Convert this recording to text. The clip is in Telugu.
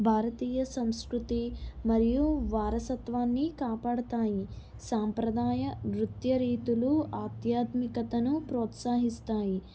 భారతీయ సంస్కృతి మరియు వారసత్వాన్ని కాపాడతాయి సాంప్రదాయ నృత్య రీతులు ఆధ్యాత్మికతను ప్రోత్సహిస్తాయి